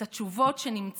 את התשובות שנמצא,